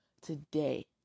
Today